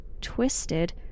twisted